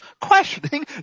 questioning